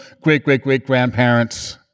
great-great-great-grandparents